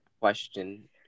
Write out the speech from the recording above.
question